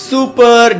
Super